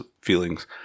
feelings